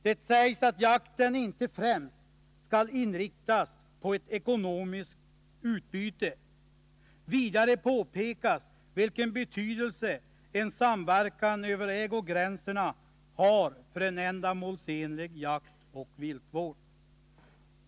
Det sägs att jakten inte främst skall inriktas på ett ekonomiskt utbyte. Vidare påpekas vilken betydelse en samverkan över ägogränserna har för en ändamålsenlig jaktoch viltvård.